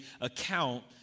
account